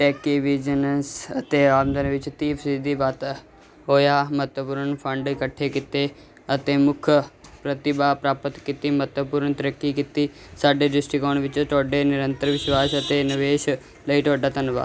tech business ਅਤੇ ਆਮਦਨ ਵਿੱਚ ਤੀਹ ਫੀਸਦੀ ਵਾਧਾ ਹੋਇਆ ਮਹੱਤਵਪੂਰਨ ਫੰਡ ਇਕੱਠੇ ਕੀਤੇ ਅਤੇ ਮੁੱਖ ਪ੍ਰਤਿਭਾ ਪ੍ਰਾਪਤ ਕੀਤੀ ਮਹੱਤਵਪੂਰਨ ਤਰੱਕੀ ਕੀਤੀ ਸਾਡੇ ਦ੍ਰਿਸ਼ਟੀਕੋਣ ਵਿੱਚ ਤੁਹਾਡੇ ਨਿਰੰਤਰ ਵਿਸ਼ਵਾਸ ਅਤੇ ਨਿਵੇਸ਼ ਲਈ ਤੁਹਾਡਾ ਧੰਨਵਾਦ